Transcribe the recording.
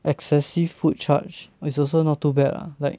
excessive food charge is also not too bad lah like